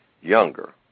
younger